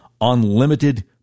unlimited